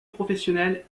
professionnelle